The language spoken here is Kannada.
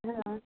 ಹ್ಞೂ ಹ್ಞೂ